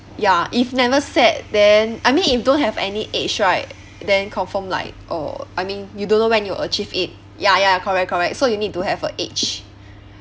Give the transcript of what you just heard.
ya if never set then I mean if don't have any age right then confirm like oh I mean you don't know when you will achieve it ya ya correct correct so you need to have a age